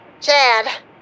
Chad